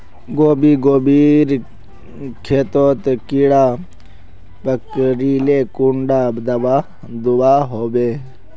गोभी गोभिर खेतोत कीड़ा पकरिले कुंडा दाबा दुआहोबे?